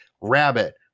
Rabbit